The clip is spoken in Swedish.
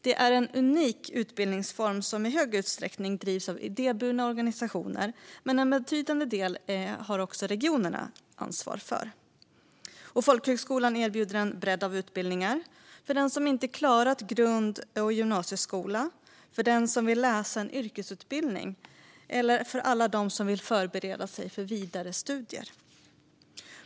Det är en unik utbildningsform som i stor utsträckning drivs av idéburna organisationer, men regionerna har ansvar för en betydande del. Folkhögskolan erbjuder en bredd av utbildningar för den som inte klarat grund och gymnasieskola, för den som vill läsa en yrkesutbildning och för alla de som vill förbereda sig för vidare studier.